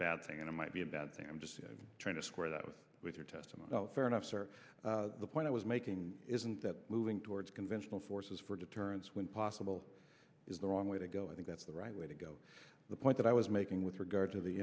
bad thing and it might be a bad thing i'm just trying to square that with your testimony fair enough sir the point i was making isn't that moving towards conventional forces for deterrence when possible is the wrong way to go i think that's the right way to go the point that i was making with regard to the